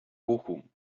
bochum